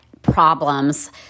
problems